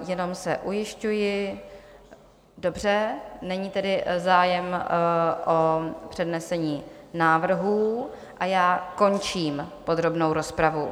Jenom se ujišťuji dobře, není tedy zájem o přednesení návrhů a já končím podrobnou rozpravu.